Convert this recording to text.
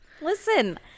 listen